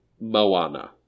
Moana